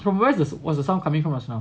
from where was the sound coming from just now